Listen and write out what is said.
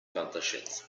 fantascienza